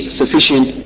sufficient